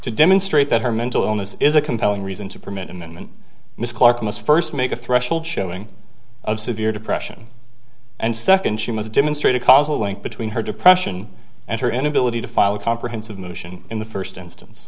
to demonstrate that her mental illness is a compelling reason to permit and miss clark must first make a threshold showing of severe depression and second she must demonstrate a causal link between her depression and her inability to file a comprehensive motion in the first instance